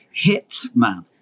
Hitman